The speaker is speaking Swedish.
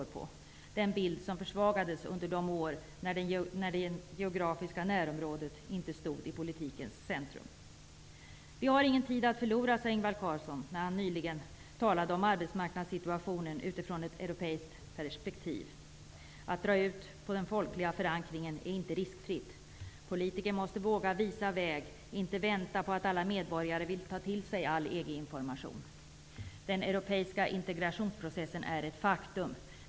Det är en bild som försvagades under de år när det geografiska närområdet inte stod i politikens centrum. Vi har ingen tid att förlora, sade Ingvar Carlsson när han nyligen talade om arbetsmarknadssituationen utifrån ett europiskt perspektiv. Att dra ut på den folkliga förankringen är inte riskfritt. Politiker måste våga visa vägen och inte vänta på att alla medborgare vill ta till sig all EG-information. Den europeiska integrationsprocessen är ett faktum.